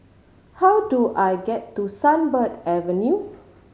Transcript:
how do I get to Sunbird Avenue